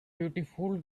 beautiful